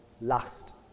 last